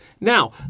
Now